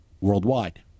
worldwide